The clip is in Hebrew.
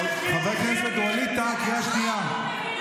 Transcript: חבר הכנסת ווליד טאהא, קריאה שנייה.